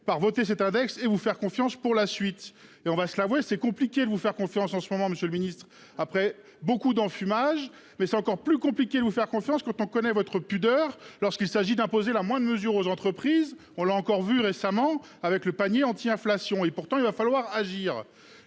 par voter cet index et vous faire confiance pour la suite et on va se l'avouer. C'est compliqué de vous faire confiance en ce moment, Monsieur le Ministre, après beaucoup d'enfumage. Mais c'est encore plus compliqué, vous faire confiance quand on connaît votre pudeur lorsqu'il s'agit d'imposer la moindre mesure aux entreprises. On l'a encore vu récemment avec le panier anti-inflation et pourtant il va falloir agir